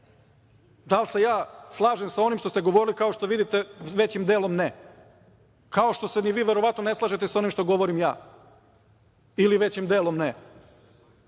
Da li se ja slažem sa onim što ste govorili, kao što vidite, većim delom ne, kao što se ni vi verovatno ne slažete sa onim što govorim ja ili većim delom ne,